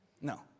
no